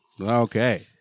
Okay